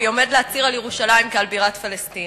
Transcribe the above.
עומד להצהיר על ירושלים כעל בירת פלסטין.